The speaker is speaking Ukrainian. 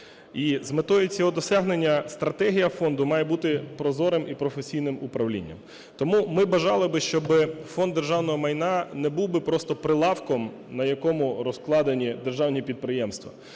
І з метою цього досягнення стратегія Фонду має бути прозорим і професійним управлінням. Тому ми бажали би, щоби Фонд державного майна не був би просто прилавком, на якому розкладені державні підприємства.